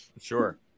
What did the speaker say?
sure